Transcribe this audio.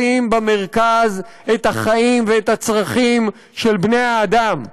במרכז את החיים ואת הצרכים של בני-האדם,